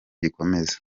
gikomeza